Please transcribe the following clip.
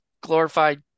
glorified